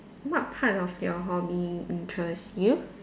what part of your hobby interest you